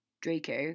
Draco